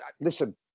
Listen